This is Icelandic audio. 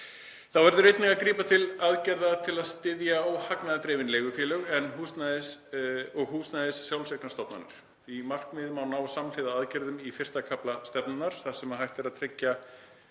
Þá verður einnig að grípa til aðgerða til að styðja óhagnaðardrifin leigufélög og húsnæðissjálfseignarstofnanir. Því markmiði má ná samhliða aðgerðum í fyrsta kafla stefnunnar, þar sem hægt er að tryggja